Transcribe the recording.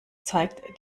zeigt